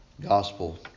gospel